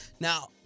Now